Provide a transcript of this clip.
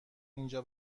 اینجا